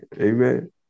Amen